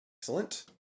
Excellent